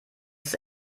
ist